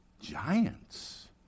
giants